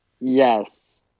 Yes